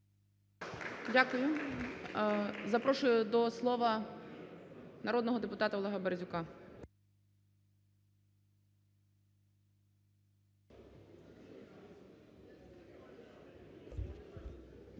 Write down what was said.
Дякую. Запрошую до слова народного депутата Олега Березюка.